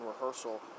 rehearsal